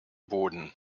boden